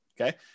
Okay